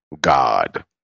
God